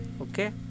Okay